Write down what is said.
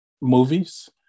movies